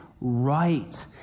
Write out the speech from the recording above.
right